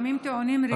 ימים טעונים רגשית,